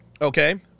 Okay